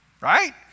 right